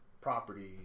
property